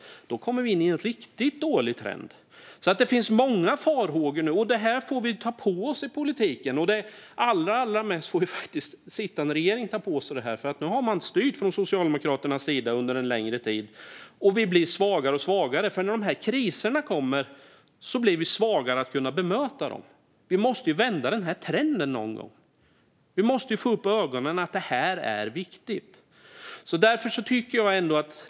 Då kommer vi in i en riktigt dålig trend. Det finns många farhågor. Det får vi ta på oss i politiken. Allra mest får sittande regering ta på sig det. Nu har man styrt från Socialdemokraternas sida under en längre tid, och vi blir allt svagare. När kriserna kommer blir vi svagare i att kunna bemöta dem. Vi måste någon gång vända trenden. Vi måste få upp ögonen för att det är viktigt.